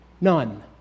None